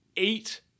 eight